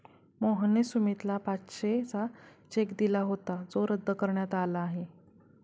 मोहनने सुमितला पाचशेचा चेक दिला होता जो रद्द करण्यात आला आहे